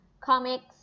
comics